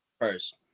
first